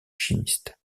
chimiste